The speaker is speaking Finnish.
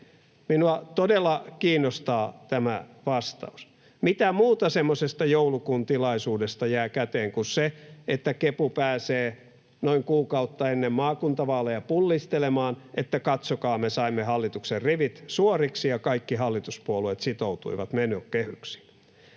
Minua todella kiinnostaa tämä vastaus. Mitä muuta semmoisesta joulukuun tilaisuudesta jää käteen kuin se, että kepu pääsee noin kuukautta ennen maakuntavaaleja pullistelemaan, että katsokaa, me saimme hallituksen rivit suoriksi ja kaikki hallituspuolueet sitoutuivat menokehyksiin?